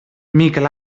miquel